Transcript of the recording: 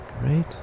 right